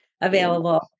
available